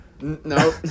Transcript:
No